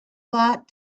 lot